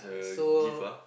so